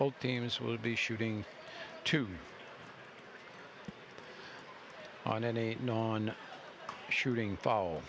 both teams will be shooting two on any non shooting f